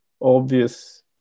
obvious